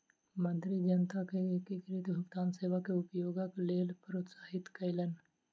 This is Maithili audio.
मंत्री जनता के एकीकृत भुगतान सेवा के उपयोगक लेल प्रोत्साहित कयलैन